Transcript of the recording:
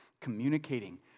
communicating